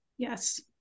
Yes